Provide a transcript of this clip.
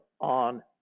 on